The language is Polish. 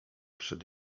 przed